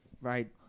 right